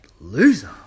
loser